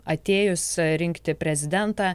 atėjus rinkti prezidentą